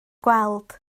gweld